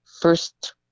first